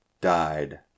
died